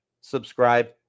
subscribe